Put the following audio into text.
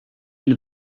into